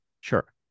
Sure